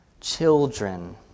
Children